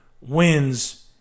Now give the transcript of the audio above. wins